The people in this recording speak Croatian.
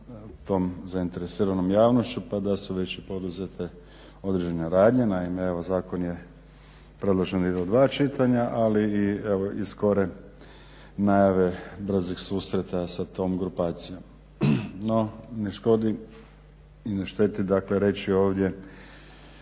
tom zainteresiranom javnošću, pa da su već poduzete određene radnje. Naime, evo zakon je predložen da ide u dva čitanja ali evo i skore najave brzih susreta sa tom grupacijom. No ne škodi i šteti, dakle reći ovdje